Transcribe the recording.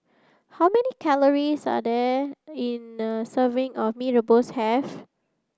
how many calories a day in serving of Mee rebus have